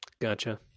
Gotcha